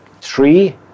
three